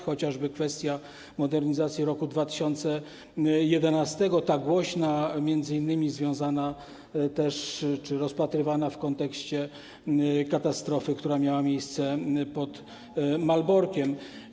Chociażby kwestia modernizacji roku 2011, ta głośna, m.in. związana, rozpatrywana w kontekście katastrofy, która miała miejsce pod Malborkiem.